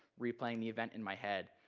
replaying the event in my head,